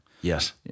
Yes